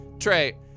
Trey